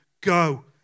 Go